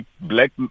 black